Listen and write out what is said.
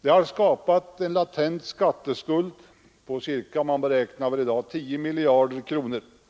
Det har skapat en latent skatteskuld på ca 10 miljarder kronor.